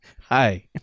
Hi